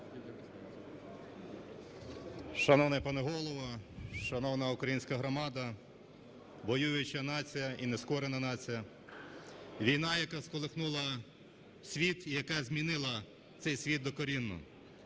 Шановний пане Голово! Шановна українська громада! Воююча нація і нескорена нація! Війна, яка сколихнула світ, яка змінила цей світ докорінно.